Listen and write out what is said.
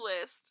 list